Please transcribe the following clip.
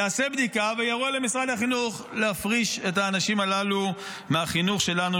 הוא יעשה בדיקה ויורה למשרד החינוך להפריש את האנשים הללו מהחינוך שלנו,